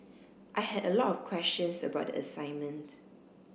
I had a lot of questions about the assignment